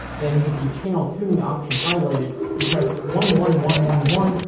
then with the channel tuning option highlighted, you press one one one one one.